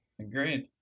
agreed